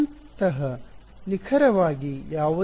ಅಂತಹ ನಿಖರವಾಗಿ ಯಾವುದೇ ಇರಲಿ